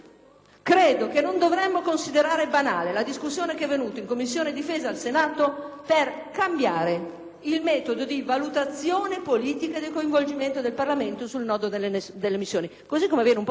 il metodo di valutazione politica del coinvolgimento del Parlamento sul nodo delle missioni, così come avviene peraltro nel Parlamento americano. Questa separatezza burocratica non ha più ragion d'essere.